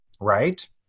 right